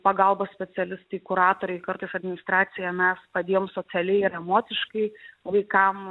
pagalbos specialistai kuratoriai kartais administracija mes padėjom socialiai ir emociškai vaikam